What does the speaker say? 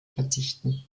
verzichten